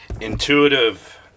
intuitive